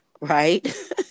right